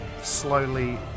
slowly